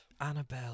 Annabelle